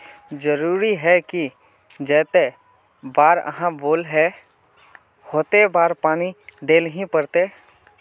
जरूरी है की जयते बार आहाँ बोले है होते बार पानी देल ही पड़ते?